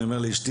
אני אומר לאשתי,